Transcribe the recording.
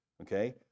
okay